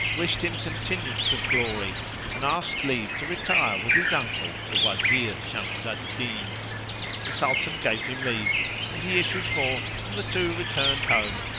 wished him continuance of glory and asked leave to retire with his uncle, the wazir shams al-din. the sultan gave him leave and he issued forth and the two returned home,